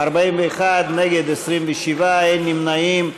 41, נגד, 27, אין נמנעים.